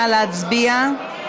נא להצביע.